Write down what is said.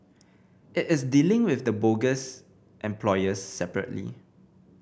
it is dealing with the bogus employers separately